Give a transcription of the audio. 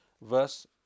verse